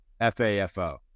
fafo